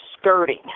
skirting